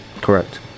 Correct